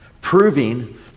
proving